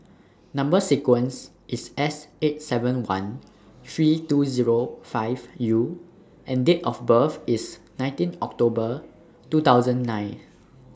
Number sequence IS S eight seven one three two Zero five U and Date of birth IS nineteen October two thousand nine